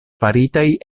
faritaj